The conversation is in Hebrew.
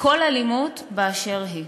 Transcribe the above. כל אלימות באשר היא.